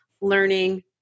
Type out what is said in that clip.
learning